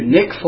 Nick